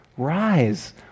Rise